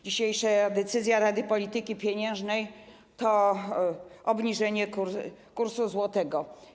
Dzisiejsza decyzja Rady Polityki Pieniężnej dotyczy obniżenia kursu złotego.